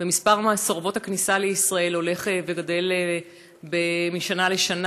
מספר מסורבות הכניסה לישראל הולך וגדל משנה לשנה,